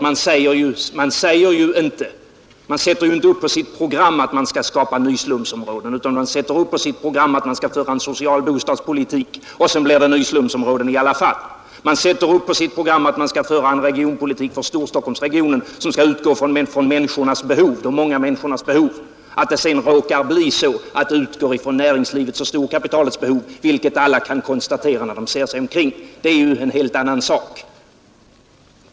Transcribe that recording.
Man sätter ju inte upp på sitt program att man skall skapa nyslumsområden, utan man sätter upp att man skall föra en social bostadspolitik, och sedan blir det nyslumsområden i alla fall. Man sätter upp på sitt program att man skall föra en regionpolitik för Storstockholmsregionen som skall utgå från de många människornas behov. Att det sedan råkar bli så, att den utgår från näringslivets och storkapitalets behov — vilket alla kan konstatera när de ser sig omkring — är ju en helt annan sak.